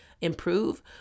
improve